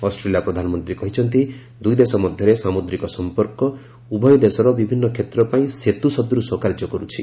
Australia ପ୍ରଧାନମନ୍ତ୍ରୀ କହିଛନ୍ତି ଦୁଇଦେଶ ମଧ୍ୟରେ ସାମୁଦ୍ରିକ ସଂପର୍କ ଉଭୟ ଦେଶର ବିଭିନ୍ନ କ୍ଷେତ୍ର ପାଇଁ ସେତୁ ସଦୃଶ କାର୍ଯ୍ୟ କରୁଛି